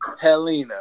Helena